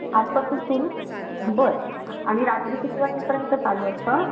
आठपासून सुरू बरं आणि रात्री किती वाजेपर्यंत चालू असतं